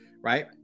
right